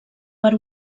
per